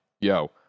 yo